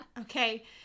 okay